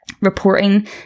reporting